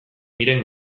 miren